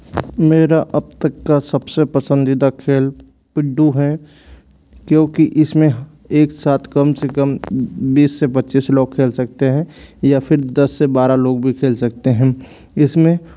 मेरा अब तक का सबसे पसंदीदा खेल पिड्डू है क्योंकि इसमें एक साथ कम से कम बीस से पच्चीस लोग खेल सकते हैं या फिर दस से बारह लोग भी खेल सकते हैं इसमें